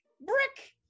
Brick